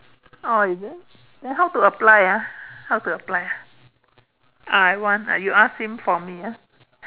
oh is it then how to apply ah how to apply ah I want you ask him for me ah